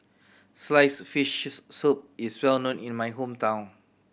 sliced fishes soup is well known in my hometown